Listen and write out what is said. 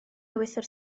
ewythr